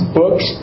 books